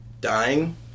dying